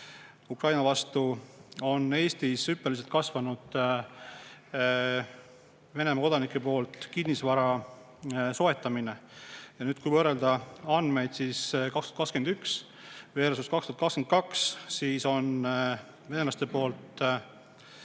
Ukraina vastu, on Eestis hüppeliselt kasvanud Venemaa kodanike poolt kinnisvara soetamine. Kui võrrelda andmeid 2021versus2022, siis on venelaste poolt